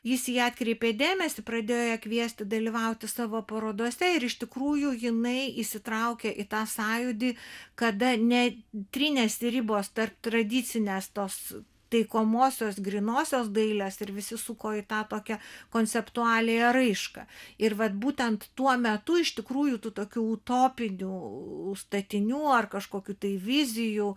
jis į ją atkreipė dėmesį pradėjo ją kviesti dalyvauti savo parodose ir iš tikrųjų jinai įsitraukė į tą sąjūdį kada ne trynėsi ribos tarp tradicinės tos taikomosios grynosios dailės ir visi suko į tą tokią konceptualiąją raišką ir vat būtent tuo metu iš tikrųjų tų tokių utopinių statinių ar kažkokių tai vizijų